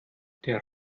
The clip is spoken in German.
der